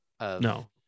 No